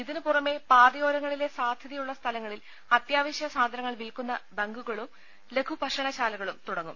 ഇതിനു പുറമെ പാതയോരങ്ങളിലെ സാധ്യതയുള്ള സ്ഥലങ്ങളിൽ അത്യാവശൃ സാധനങ്ങൾ വിൽക്കുന്ന ബങ്കുകളും ലഘു ഭക്ഷണ ശാലകളും തുടങ്ങും